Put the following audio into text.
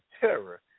terror